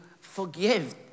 forgive